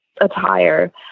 attire